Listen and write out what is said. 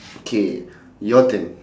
okay your turn